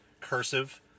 cursive